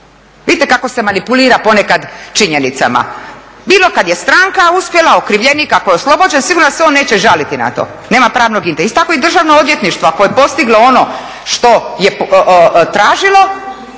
Vidite kako se manipulira ponekad činjenicama. Bilo kad je stranka uspjela, okrivljenik ako je oslobođen, sigurno se on neće žaliti na to, nema …. I tako i državno odvjetništvo, ako je postiglo ono što je tražilo,